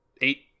eight